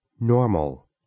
Normal